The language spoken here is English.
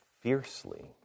fiercely